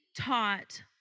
taught